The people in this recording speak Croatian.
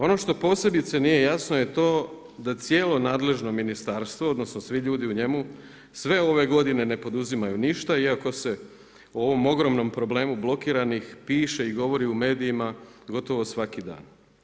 Ono što posebice nije jasno je to da cijelo nadležno ministarstvo odnosno svi ljudi u njemu, sve ove godine ne poduzimaju ništa iako se ovom ogromnom broju problemu blokiranih piše i govori u medijima gotovo svaki dan.